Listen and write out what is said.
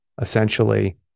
essentially